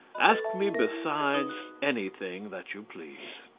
ask me besides anything that you please.